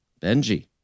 Benji